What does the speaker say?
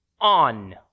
on